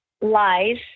LIES